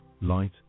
light